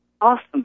awesome